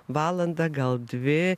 valandą gal dvi